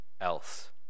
else